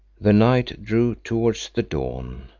the night drew towards the dawn,